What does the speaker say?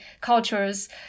cultures